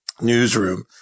newsroom